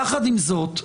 יחד עם זאת,